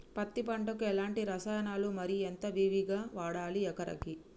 పత్తి పంటకు ఎలాంటి రసాయనాలు మరి ఎంత విరివిగా వాడాలి ఎకరాకి?